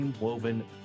woven